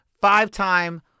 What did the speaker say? Five-time